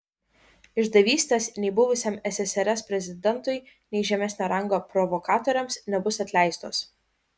išdavystės nei buvusiam ssrs prezidentui nei žemesnio rango provokatoriams nebus atleistos